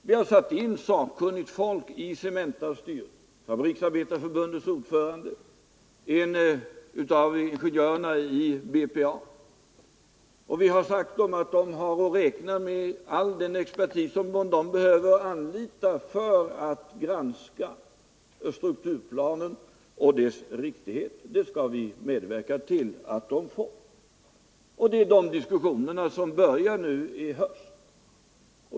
Vi har satt in sakkunnigt folk i Cementas styrelse — Fabriksarbetareförbundets ordförande och en av direktörena i BPA — och sagt att de kan räkna med all den expertis som de behöver anlita för att granska strukturplanen och dess riktighet. Vi skall medverka till att de får det. De diskussionerna har börjat i höst.